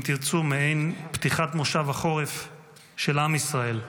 אם תרצו, מעין פתיחת מושב החורף של עם ישראל.